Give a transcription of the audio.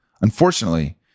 Unfortunately